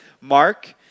Mark